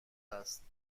است